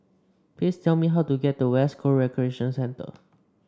please tell me how to get to West Coast Recreation Centre